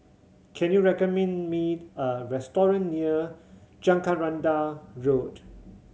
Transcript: can you recommend me a restaurant near Jacaranda Road